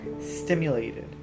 stimulated